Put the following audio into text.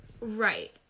Right